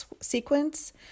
sequence